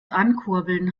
ankurbeln